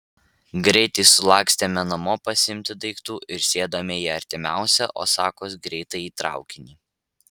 greitai sulakstėme namo pasiimti daiktų ir sėdome į artimiausią osakos greitąjį traukinį